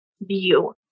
view